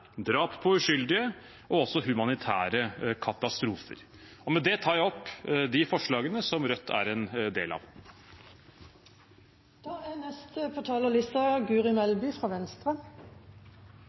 drap på uskyldige og også humanitære katastrofer. Med det tar jeg opp de forslagene som Rødt er en del av. Behandling av eksportkontrollmeldingen er